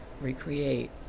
recreate